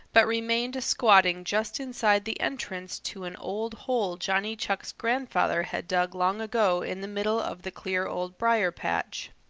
but remained squatting just inside the entrance to an old hole johnny chuck's grandfather had dug long ago in the middle of the clear old briar-patch.